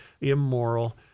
immoral